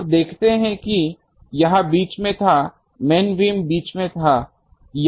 आप देखते हैं कि यह बीच में था मेन बीम बीच में था